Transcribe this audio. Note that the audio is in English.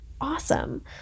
awesome